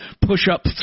push-up